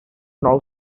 know